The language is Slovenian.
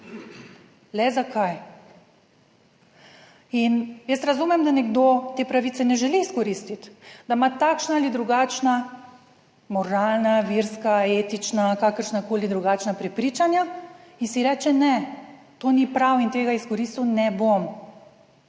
Le zakaj? In jaz razumem, da nekdo te pravice ne želi izkoristiti, da ima takšna ali drugačna moralna, verska, etična, kakršnakoli drugačna prepričanja in si reče, ne, to ni prav in tega izkoristil ne bom.